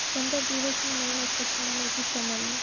પંદર દિવસની મહેનત પછી મને એ ચિત્ર મળ્યું